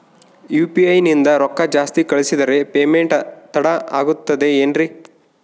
UPI ನಿಂದ ರೊಕ್ಕ ಜಾಸ್ತಿ ಕಳಿಸಿದರೆ ಪೇಮೆಂಟ್ ತಡ ಆಗುತ್ತದೆ ಎನ್ರಿ?